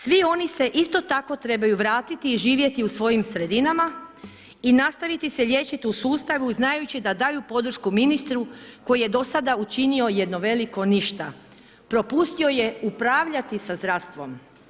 Svi oni se isto tako trebaju vratiti i živjeti u svojim sredinama i nastaviti se liječiti u sustavu znajući da daju podršku ministru koji je do sada učinio jedno veliko ništa, propustio je upravljati sa zdravstvom.